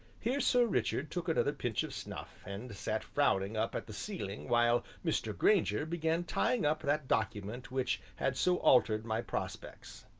here sir richard took another pinch of snuff and sat frowning up at the ceiling, while mr. grainger began tying up that document which had so altered my prospects.